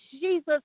Jesus